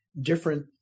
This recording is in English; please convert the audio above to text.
different